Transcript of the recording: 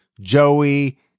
Joey